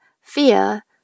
fear